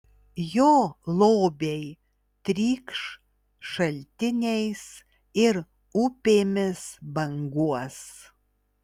jo lobiai trykš šaltiniais ir upėmis banguos